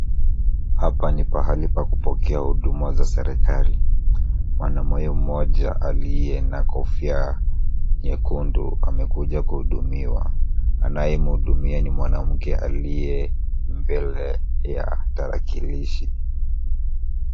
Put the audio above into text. Hapa ni pahali pa kupokea huduma za serikali. Mwanaume mmoja aliye na kofia nyekundu amekuja kuhudumiwa. Anayemuhudumia ni mwanamke aliye mbele ya tarakilishi.